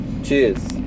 Cheers